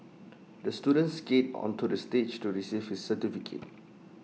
the student skated onto the stage to receive his certificate